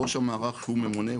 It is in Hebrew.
ראש המערך הוא ממונה,